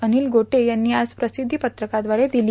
अनिल गोटे यांनी आज प्रसिध्दी पत्रकाव्दारे दिली